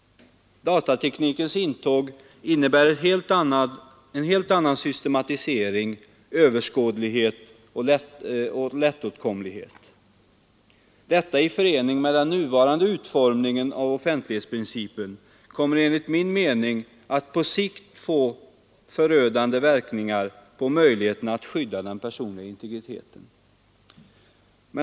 Datateknikens intåg betyder en helt annan systematisering, överskådlighet och lättåtkomlighet. Detta i förening med den nuvarande utformningen av offentlighetsprincipen kommer enligt min mening att på sikt få förödande verkningar på möjligheten att skydda den personliga integriteten.